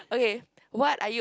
okay what are you